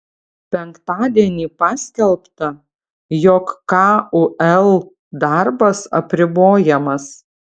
penktadienį paskelbta jog kul darbas apribojamas